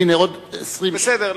הנה עוד 20, בסדר.